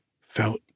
felt